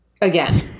Again